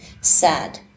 sad